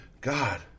God